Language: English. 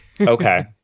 Okay